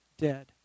dead